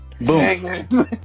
Boom